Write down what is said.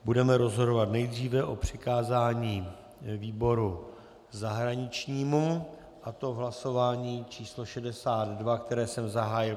Budeme rozhodovat nejdříve o přikázání výboru zahraničnímu, a to v hlasování číslo 62, které jsem zahájil.